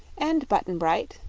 and button-bright,